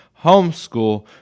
homeschool